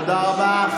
תודה רבה.